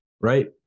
right